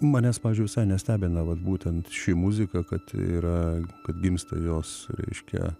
manęs pavyzdžiui visai nestebina vat būtent ši muzika kad yra kad gimsta jos reiškia